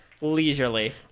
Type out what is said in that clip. Leisurely